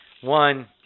One